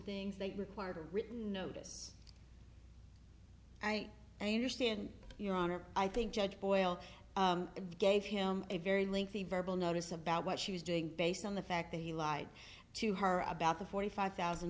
things that required a written notice i i understand your honor i think judge boyle gave him a very lengthy verbal notice about what she was doing based on the fact that he lied to her about the forty five thousand